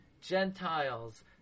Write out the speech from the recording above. Gentiles